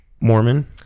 Mormon